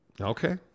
Okay